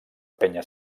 penya